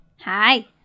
Hi